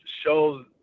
show